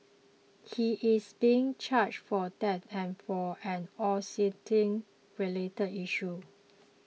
he is being charged for that and for an obscenity related issue